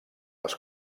les